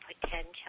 potential